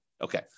Okay